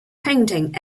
painting